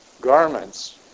garments